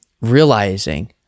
realizing